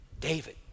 David